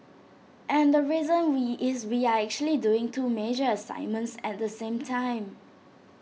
and the reason we is we are actually doing two major assignments at the same time